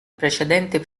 precedente